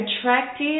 attractive